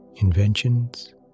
inventions